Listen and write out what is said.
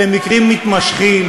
אלה מקרים מתמשכים.